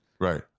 Right